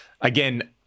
Again